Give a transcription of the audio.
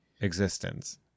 Existence